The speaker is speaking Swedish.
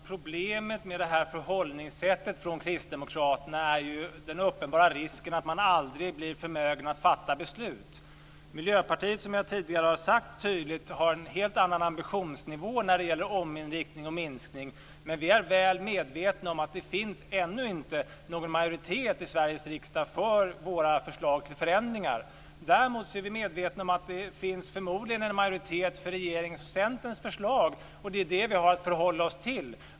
Fru talman! Problemet med kristdemokraternas förhållningssätt är den uppenbara risken att man aldrig blir förmögen att fatta beslut. Som jag tidigare tydligt har sagt har Miljöpartiet en helt annan ambitionsnivå när det gäller ominriktning och minskning, men vi är väl medvetna om att det ännu inte finns någon majoritet i Sveriges riksdag för våra förslag till förändringar. Däremot vet vi att det förmodligen finns en majoritet för regeringens och Centerns förslag, och det är det som vi har att förhålla oss till.